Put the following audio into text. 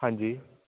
ਹਾਂਜੀ